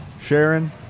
Sharon